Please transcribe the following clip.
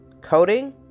coding